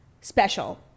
special